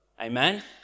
Amen